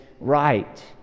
right